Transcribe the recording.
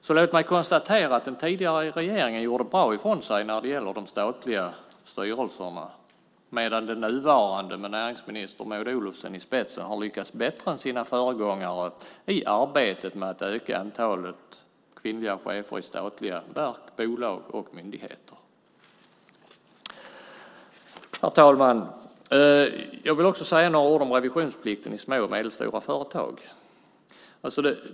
Låt mig alltså konstatera att den tidigare regeringen gjorde bra ifrån sig när det gäller de statliga styrelserna men att den nuvarande, med näringsminister Maud Olofsson i spetsen, har lyckats ännu bättre än sin föregångare i arbetet med att öka antalet kvinnliga chefer i statliga verk, bolag och myndigheter. Herr talman! Jag vill också säga några ord om revisionsplikten i små och medelstora företag.